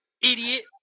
idiot